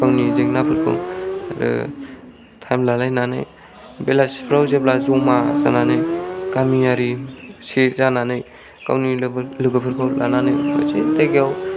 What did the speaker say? गावनि जेंनाफोरखौ आरो टाइम लालायनानै बेलासिफोराव जेब्ला जमा जानानै गामियारि खौसे जानानै गावनि लोगोफोरखौ लानानै मोनसे जायगायाव